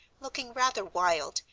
looking rather wild,